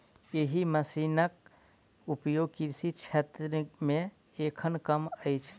एहि मशीनक उपयोग कृषि क्षेत्र मे एखन कम अछि